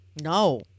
No